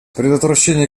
предотвращение